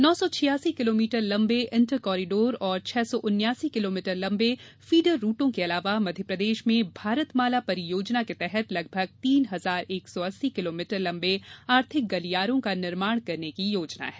नौ सौ छियासी किलोमीटर लंबे इंटर कॉरिडोर और छह सौ उन्यासी किलोमीटर लंबे फीडर रूटों के अलावा मध्य प्रदेश में भारतमाला परियोजना के तहत लगभग तीन हजार एक सौ अस्सी किलोमीटर लंबे आर्थिक गलियारों का निर्माण करने की योजना है